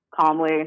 calmly